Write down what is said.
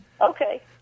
Okay